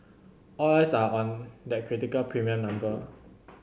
all eyes are on that critical premium number